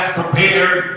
prepared